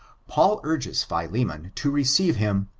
paul urges philemon to receive him,